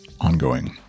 ongoing